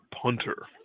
punter